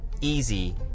easy